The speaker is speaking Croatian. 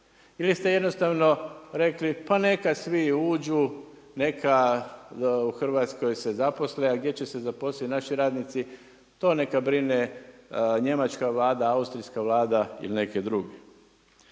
ili ste jednostavno rekli pa neka svi uđu, neka u Hrvatskoj se zaposle, a gdje će se zaposliti naši radnici, to neka brine njemačka Vlada, austrijska Vlada ili neke druge?